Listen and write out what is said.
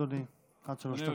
בבקשה, אדוני, עד שלוש דקות.